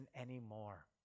anymore